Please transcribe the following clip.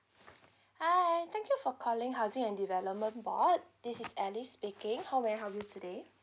hi thank you for calling housing and development board this is alice speaking how may I help you today